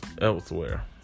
elsewhere